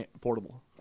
portable